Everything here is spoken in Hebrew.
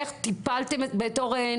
איך טיפלתם בתור,